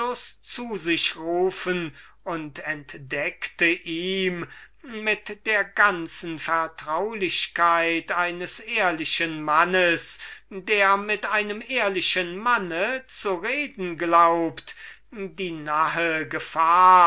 zu sich rufen und entdeckte ihm mit der ganzen vertraulichkeit eines ehrlichen mannes der mit einem ehrlichen manne zu reden glaubt die nahe gefahr